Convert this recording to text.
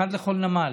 אחד לכל נמל,